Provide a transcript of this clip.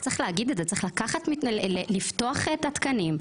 צריך להגיד את זה: צריך לפתוח את התקנים,